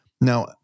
Now